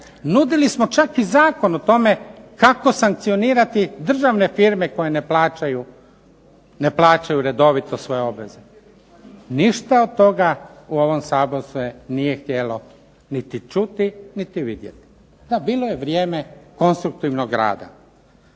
Nudili smo čak i zakon o tome kako sankcionirati državne firme koje ne plaćaju redovito svoje obveze. Ništa od toga u ovom Saboru se nije htjelo niti čuti niti vidjeti. Da, bilo je vrijeme konstruktivnog rada.